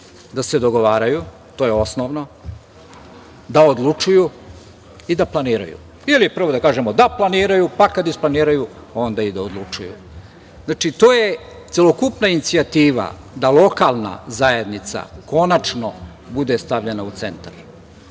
da se dogovaraju, to je osnovno, da odlučuju i da planiraju ili, prvo da kažemo, da planiraju, pa kada isplaniraju, onda i da odlučuju. Znači, to je celokupna inicijativa da lokalna zajednica konačno bude stavljena u centar. Ako